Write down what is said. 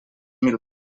mil